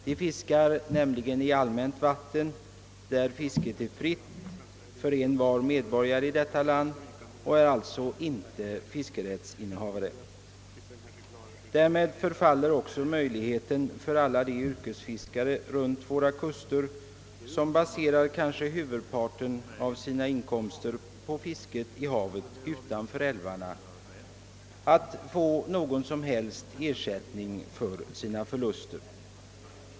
De fiskar nämligen i allmänt vatten, där fisket är fritt för envar medborgare i detta land, och de är alltså inte fiskerättsinnehavare. Därmed förfaller också möjligheten för alla de yrkesfiskare runt våra kuster, som baserar kanske huvudparten av sin inkomst på fisket i havet utanför älvarna, att få någon ersättning för sina förluster.